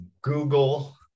google